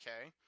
okay